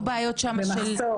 כן,